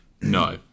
No